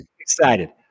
excited